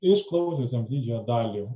išklausiusiem didžiąją dalį